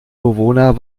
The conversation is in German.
bewohner